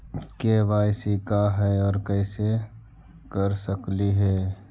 KYC का है, और कैसे कर सकली हे?